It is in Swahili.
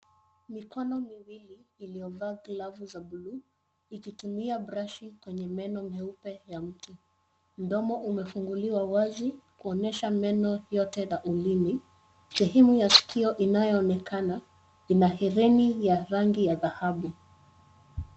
Mikono miwili iliovaa glovu za buluu ikitumia brashi kwenye meno meupe ya mtu. Mdomo umefunguliwa wazi kuonyesha meno yote na ulimi. Sehemu ya skio inayoonekana ina hereni ya rangi ya dhahabu.